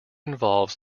involves